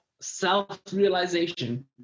self-realization